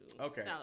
Okay